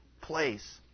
place